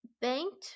banked